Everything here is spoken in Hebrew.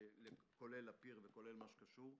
כולל הפיר וכולל מה שקשור.